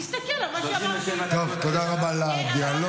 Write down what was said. תסתכל על מה שאמרתי, טוב, תודה רבה על הדיאלוג.